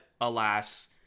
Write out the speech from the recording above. alas